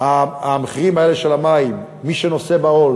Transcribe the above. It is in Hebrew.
המחירים האלה של המים, מי שנושא בעול